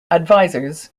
advisors